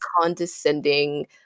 condescending